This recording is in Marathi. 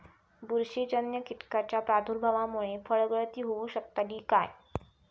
बुरशीजन्य कीटकाच्या प्रादुर्भावामूळे फळगळती होऊ शकतली काय?